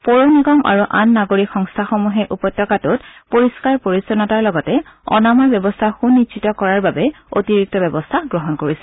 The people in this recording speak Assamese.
পৌৰ নিগম আৰু আন নাগৰিক সংস্থাসমূহে উপত্যকাটোত পৰিষ্কাৰ পৰিচ্ছন্নতাৰ লগতে অনাময় ব্যৱস্থা সুনিশ্চিত কৰাৰ বাবে অতিৰিক্ত ব্যৱস্থা গ্ৰহণ কৰিছে